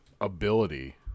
ability